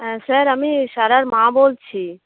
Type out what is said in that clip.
হ্যাঁ স্যার আমি সারার মা বলছি